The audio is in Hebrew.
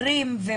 כי